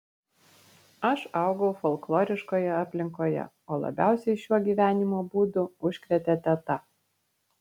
aš augau folkloriškoje aplinkoje o labiausiai šiuo gyvenimo būdu užkrėtė teta